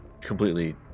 completely